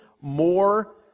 more